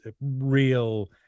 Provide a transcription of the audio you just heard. real